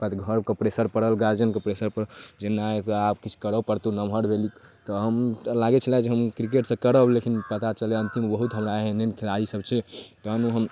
घरके प्रेशर पड़ल गार्जिअनके प्रेशर पड़ल जे नहि आब किछु करऽ पड़तौ नमहर भेलही तऽ हम लागै छलै जे हम किरकेट तऽ करब लेकिन पता चलल अन्तिम बहुत हमरा एहन एहन खेलाड़ीसभ छै हम ओहन